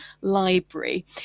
Library